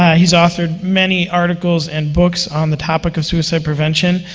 he's authored many articles and books on the topic of suicide prevention.